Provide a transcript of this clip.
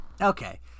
Okay